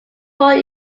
more